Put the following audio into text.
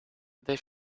they